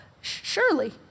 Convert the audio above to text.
surely